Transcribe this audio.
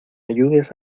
ayudes